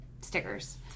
stickers